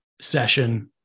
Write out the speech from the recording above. session